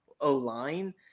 O-line